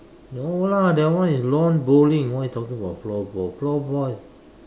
no lah that one is lawn bowling what you talking about floorball floorball is